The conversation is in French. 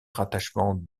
rattachement